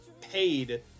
paid